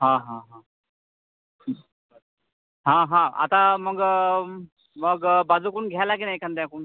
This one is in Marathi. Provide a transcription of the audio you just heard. हां हां हां हां हूं हां हां आता मग मग बाजूकडून घ्या ना एखाद्याकडून